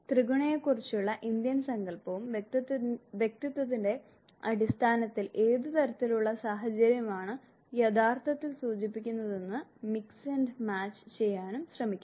ത്രിഗുണയെക്കുറിച്ചുള്ള Indian സങ്കൽപ്പവും വ്യക്തിത്വത്തിന്റെ അടിസ്ഥാനത്തിൽ ഏത് തരത്തിലുള്ള സാഹചര്യമാണ് യഥാർത്ഥത്തിൽ സൂചിപ്പിക്കുന്നതെന്ന് മിക്സ് ആൻഡ് മാച്ച് ചെയ്യാനും ശ്രമിക്കും